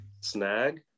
Snag